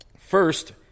First